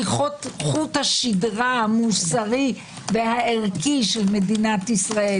היא חוט השדרה המוסרי והערכי של מדינת ישראל.